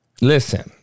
Listen